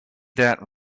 that